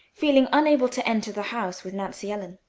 feeling unable to enter the house with nancy ellen,